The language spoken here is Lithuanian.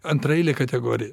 antraeilė kategorija